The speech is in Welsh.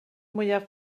mwyaf